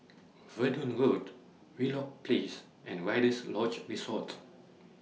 Verdun Road Wheelock Place and Rider's Lodge Resort